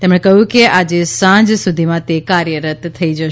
તેમણે કહ્યું કે આજે સાંજ સુધીમાં તે કાર્યરત થઈ જશે